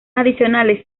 adicionales